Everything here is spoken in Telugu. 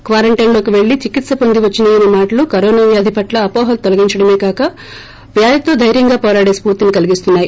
క్వారంటైన్ లోకి వళ్ళి చికిత్ప పొంది వచ్చిన ఈయన మాటలు కరోనా వ్యాధి పట్ల అహోహలు తొలగించడమే కాక వ్యాధితో దైర్యంగా పోరాడే స్ఫూర్తిని కలిగిస్తున్నాయి